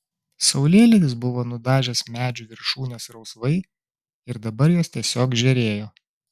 saulėlydis buvo nudažęs medžių viršūnes rausvai ir dabar jos tiesiog žėrėjo